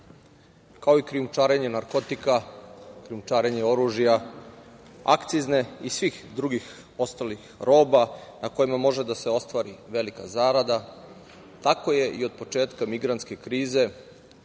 kao i krijumčarenje narkotika, krijumčarenje oružja, akcizne i svih drugih ostalih roba na kojima može da se ostvari velika zarada, tako je i od početka migrantske krize